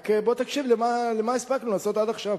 רק בוא תקשיב מה הספקנו לעשות עד עכשיו.